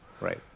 Right